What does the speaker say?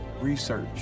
research